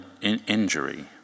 injury